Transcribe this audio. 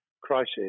crisis